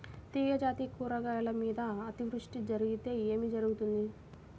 తీగజాతి కూరగాయల మీద అతివృష్టి జరిగితే ఏమి జరుగుతుంది?